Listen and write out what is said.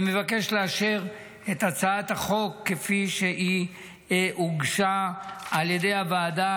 אני מבקש לאשר את הצעת החוק כפי שהוגשה על ידי הוועדה.